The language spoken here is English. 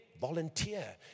volunteer